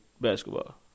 basketball